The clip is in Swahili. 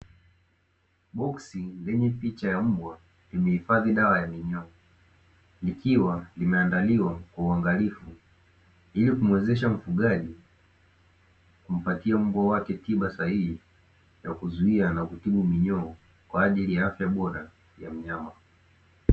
Boksi lenye picha ya mbwa, limehifadhi dawa ya minyoo. Likiwa limeandaliwa kwa uangalifu, ili kumuwezesha mfugaji kumpatia mbwa wake tiba sahihi ya kuzuia na kutibu minyoo kwa ajili ya afya bora ya mnyama.